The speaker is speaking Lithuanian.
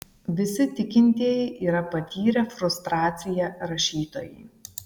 visi tikintieji yra patyrę frustraciją rašytojai